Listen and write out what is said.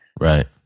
right